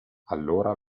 allora